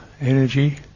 energy